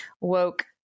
woke